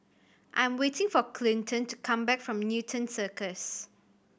I'm waiting for Clinton to come back from Newton Circus